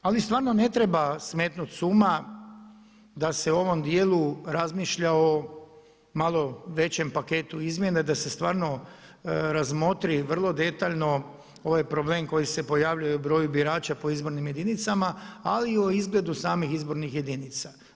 Ali stvarno ne treba smetnuti s uma da se u ovom dijelu razmišlja o malo većem paketu izmjena i da se stvarno razmotri vrlo detaljno ovaj problem koji se pojavljuje o broju birača po izbornim jedinicama a i o izgledu samih izbornih jedinica.